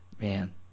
man